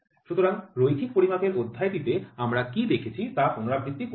সুতরাং রৈখিক পরিমাপের অধ্যায়টিতে আমরা কী দেখেছি তা পুনরাবৃত্তি করেনি